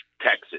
Texas